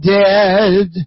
dead